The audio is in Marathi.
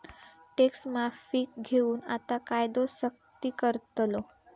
टॅक्स माफीक घेऊन आता कायदो सख्ती करतलो